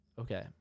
Okay